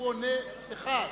הוא עונה לך.